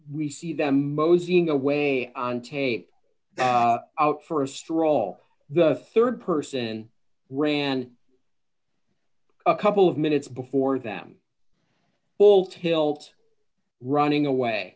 we see them moseying away on tape out for a stroll the rd person ran a couple of minutes before them full tilt running away